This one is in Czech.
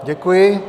Děkuji.